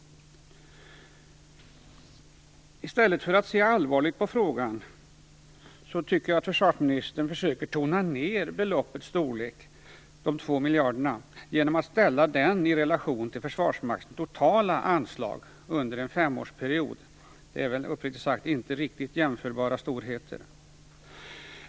I stället för att se allvarligt på frågan, tycker jag att försvarsministern försöker tona ned beloppets storlek, de två miljarderna, genom att ställa det i relation till Det är väl uppriktigt sagt inte riktigt jämförbara storheter.